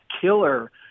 killer